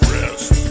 Rest